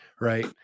right